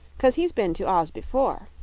cause he's been to oz before.